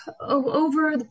over